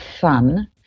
fun